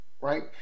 right